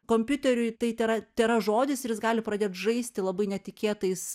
kompiuteriui tai tėra tėra žodis ir jis gali pradėt žaisti labai netikėtais